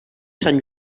sant